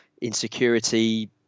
insecurity